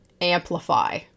Amplify